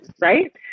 Right